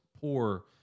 poor